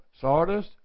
Sardis